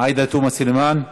עאידה תומא סלימאן,